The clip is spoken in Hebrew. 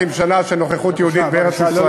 4,000 שנה של נוכחות יהודית בארץ-ישראל.